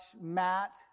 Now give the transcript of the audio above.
Matt